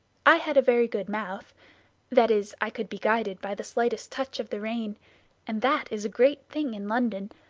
i had a very good mouth that is i could be guided by the slightest touch of the rein and that is a great thing in london,